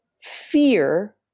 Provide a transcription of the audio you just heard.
Fear